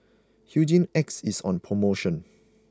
Hygin X is on promotion